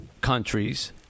countries